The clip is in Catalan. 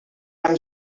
amb